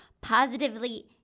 positively